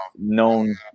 known